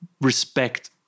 respect